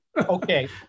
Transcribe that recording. Okay